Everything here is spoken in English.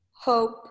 Hope